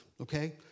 okay